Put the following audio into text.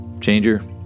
Changer